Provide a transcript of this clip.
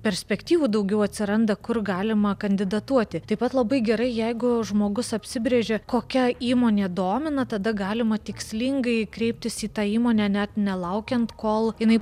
perspektyvų daugiau atsiranda kur galima kandidatuoti taip pat labai gerai jeigu žmogus apsibrėžia kokia įmonė domina tada galima tikslingai kreiptis į tą įmonę net nelaukiant kol jinai